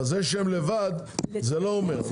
זה שהם לבד זה לא אומר.